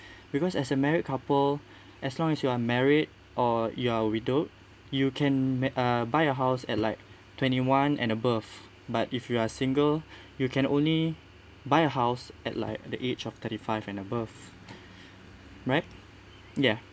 because as a married couple as long as you are married or you're widowed you can uh buy a house at like twenty one and above but if you are single you can only buy a house at like at the age of thirty five and above right ya